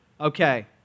Okay